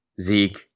Zeke